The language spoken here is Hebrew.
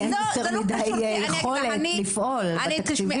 אין יותר מדי יכולת לפעול בתקציבים.